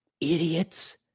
idiots